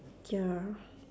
ya